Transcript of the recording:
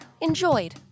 enjoyed